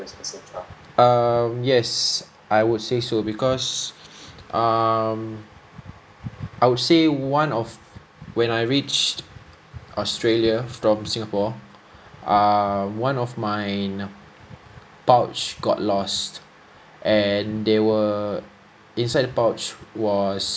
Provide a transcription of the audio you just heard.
um yes I would say so because um I would say one of when I reached australia from singapore err one of mine pouch got lost and there were inside the pouch was